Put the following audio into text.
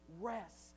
rest